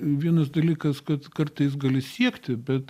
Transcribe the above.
vienas dalykas kad kartais gali siekti bet